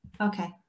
Okay